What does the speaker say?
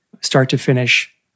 start-to-finish